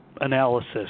analysis